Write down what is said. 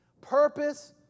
purpose